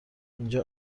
اینجا